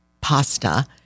pasta